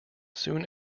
soon